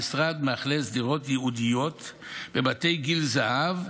המשרד מאכלס דירות ייעודיות בבתי גיל הזהב,